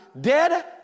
dead